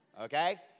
okay